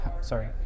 Sorry